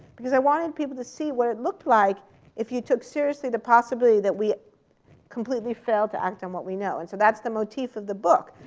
because i wanted people to see what it looked like if you took seriously the possibility that we completely failed to act on what we know. and so that's the motif of the book.